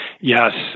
Yes